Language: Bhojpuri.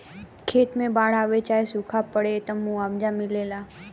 खेत मे बाड़ आवे चाहे सूखा पड़े, त मुआवजा मिलेला